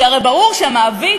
כי הרי ברור שהמעביד,